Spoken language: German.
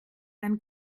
dann